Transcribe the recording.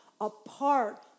apart